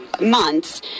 months